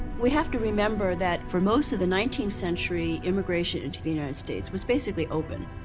we have to remember that for most of the nineteenth century, immigration into the united states was basically open.